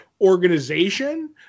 organization